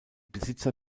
besitzer